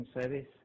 service